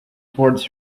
towards